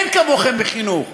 אין כמוכם בחינוך,